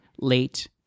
late